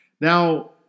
Now